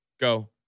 Go